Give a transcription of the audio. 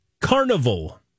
Carnival